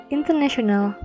International